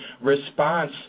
response